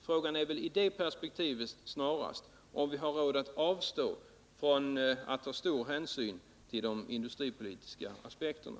Frågan är i det perspektivet snarast om vi har råd att avstå från att ta stor hänsyn till de industripolitiska aspekterna.